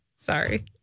Sorry